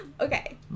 Okay